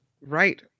Right